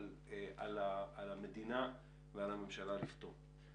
אבל על המדינה ועל הממשלה לפתור אותם.